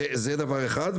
זה דבר אחד.